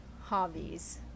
hobbies